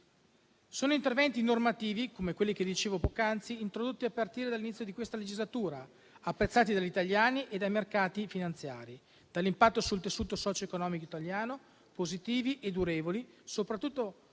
Gli interventi normativi, come quelli che dicevo poc'anzi, introdotti a partire dall'inizio di questa legislatura, sono apprezzati dagli italiani e dai mercati finanziari, ed hanno un impatto sul tessuto socioeconomico italiano positivo e durevole. Soprattutto, essi